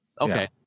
Okay